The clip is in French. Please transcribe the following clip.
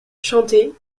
chanter